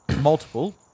multiple